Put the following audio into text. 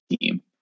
team